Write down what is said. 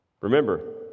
Remember